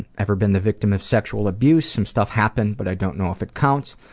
ever been the victim of sexual abuse? some stuff happened but i don't know if it counts.